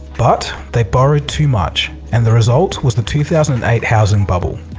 but they borrowed too much and the results was the two thousand and eight housing bubble.